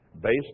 based